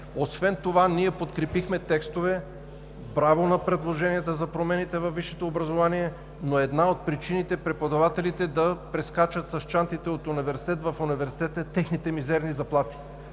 Освен това ние подкрепихме текстове – браво на предложенията за промените във висшето образование, но една от причините преподавателите да прескачат с чантите от университет в университет е техните мизерни заплати.